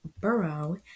burrow